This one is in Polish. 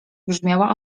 brzmiała